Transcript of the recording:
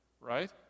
right